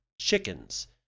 chickens